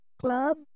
club